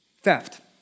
Theft